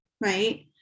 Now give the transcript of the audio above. right